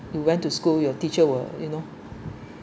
you went to school your teacher will you know